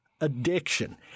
addiction